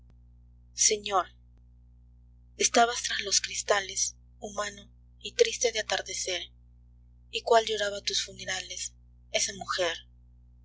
señor estabas tras los cristales humano y triste de atardecer y cuál lloraba tus funerales esa mujer